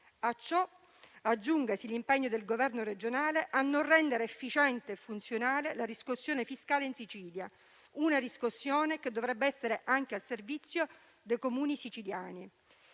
A ciò aggiungasi l'impegno del governo regionale a non rendere efficiente e funzionale la riscossione fiscale in Sicilia, una riscossione che dovrebbe essere anche al servizio dei Comuni siciliani.